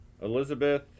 Elizabeth